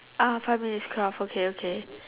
ah five minutes plus okay okay